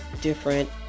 different